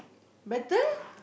better